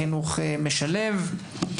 לחינוך משלב.